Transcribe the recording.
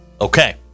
Okay